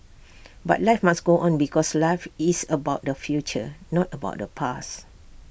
but life must go on because life is about the future not about the past